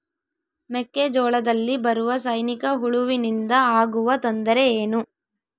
ಮೆಕ್ಕೆಜೋಳದಲ್ಲಿ ಬರುವ ಸೈನಿಕಹುಳುವಿನಿಂದ ಆಗುವ ತೊಂದರೆ ಏನು?